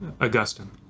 Augustine